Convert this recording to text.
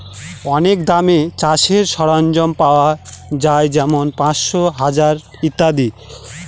অনেক দামে চাষের সরঞ্জাম পাওয়া যাই যেমন পাঁচশো, হাজার ইত্যাদি